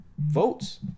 Votes